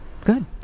Good